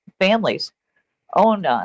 families-owned